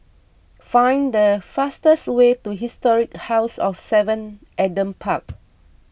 find the fastest way to Historic House of Seven Adam Park